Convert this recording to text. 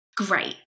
great